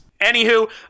Anywho